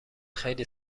خیلی